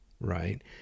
right